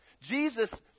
Jesus